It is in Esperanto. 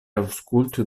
aŭskultu